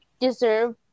deserve